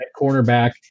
cornerback